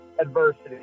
Adversity